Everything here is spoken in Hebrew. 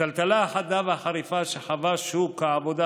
הטלטלה החדה והחריפה שחווה שוק העבודה